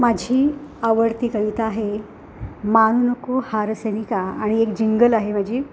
माझी आवडती कविता आहे मानू नको हार सैनिका आणि एक जिंगल आहे माझी